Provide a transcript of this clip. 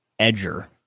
edger